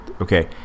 Okay